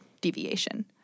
deviation